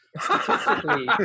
Statistically